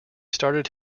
started